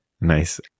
Nice